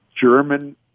German